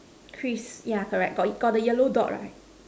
Chris yeah correct got got the yellow dot right